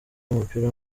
w’umupira